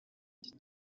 iki